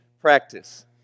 practice